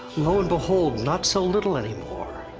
lo' and behold, not so little anymore.